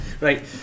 Right